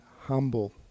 humble